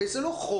הרי זה לא חופש.